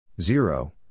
zero